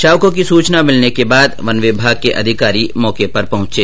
शावको की सूचना मिलने के बाद वन विभाग के अधिकारी मौके पर पहुंच गये